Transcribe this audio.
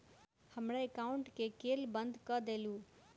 हमरा एकाउंट केँ केल बंद कऽ देलु?